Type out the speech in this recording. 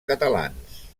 catalans